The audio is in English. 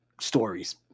stories